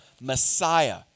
Messiah